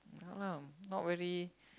ya lah not really